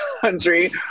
country